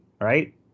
right